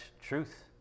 truth